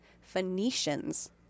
Phoenicians